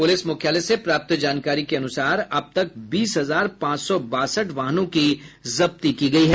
police मुख्यालय से प्राप्त जानकारी के अनुसार अब तक बीस हजार पांच सौ बासठ वाहनों की जब्ती की गयी है